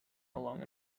along